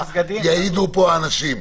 יעידו פה האנשים,